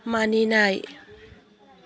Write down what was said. मानिनाय